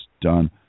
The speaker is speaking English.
done